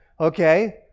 Okay